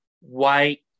white